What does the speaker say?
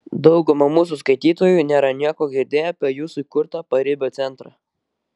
dauguma mūsų skaitytojų nėra nieko girdėję apie jūsų įkurtą paribio centrą